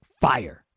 fire